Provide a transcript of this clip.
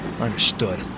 Understood